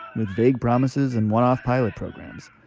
with vague promises and one-off pilot programs.